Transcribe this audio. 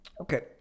Okay